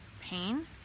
pain